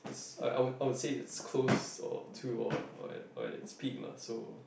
like I would I would it's close or to or or at or at it's peak lah so